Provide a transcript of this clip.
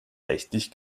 rechtlich